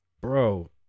Bro